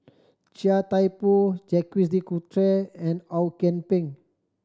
Chia Thye Poh Jacques De Coutre and Ong Kian Peng